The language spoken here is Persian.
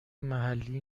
محلی